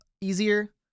easier